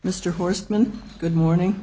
mr horsman good morning